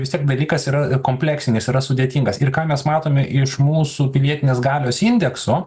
vis tiek dalykas yra kompleksinis yra sudėtingas ir ką mes matome iš mūsų pilietinės galios indekso